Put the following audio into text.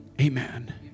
amen